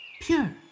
Pure